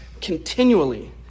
continually